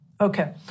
Okay